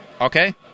Okay